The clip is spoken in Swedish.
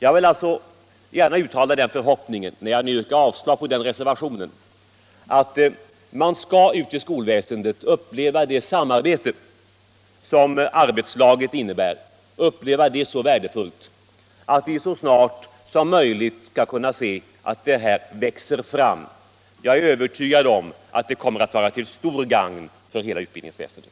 Jag vill alltså gärna uttala förhoppningen, när jag nu yrkar avslag på den reservationen, att man inom skolväsendet skall uppleva det samarbete som arbetslaget innebär som så värdefullt att vi så snart som möjligt skall kunna se att detta växer fram. Jag är övertygad om att det kommer att vara till stort gagn för hela utbildningsväsendet.